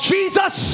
Jesus